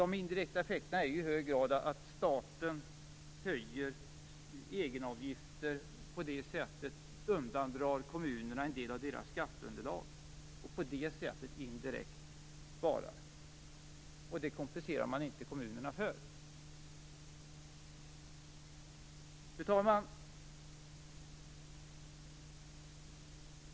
Dessa indirekta effekter är ju i hög grad att staten höjer egenavgifter och på det sättet undandrar kommunerna en del av deras skatteunderlag. På det sättet sparar staten indirekt, och det kompenserar man inte kommunerna för. Fru talman!